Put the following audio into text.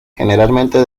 generalmente